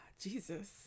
Jesus